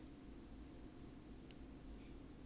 她这样老了你不可以 bully 她